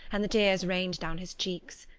and the tears rained down his cheeks.